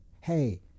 Hey